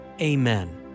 Amen